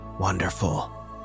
Wonderful